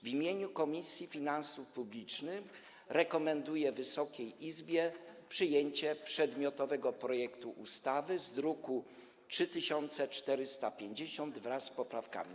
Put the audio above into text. W imieniu Komisji Finansów Publicznych rekomenduję Wysokiej Izbie przyjęcie przedmiotowego projektu ustawy z druku nr 3450 wraz z poprawkami.